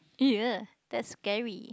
ya that's scary